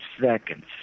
seconds